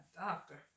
doctor